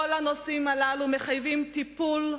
כל הנושאים הללו מחייבים טיפול,